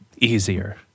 easier